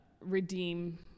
redeem